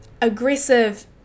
aggressive